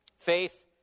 Faith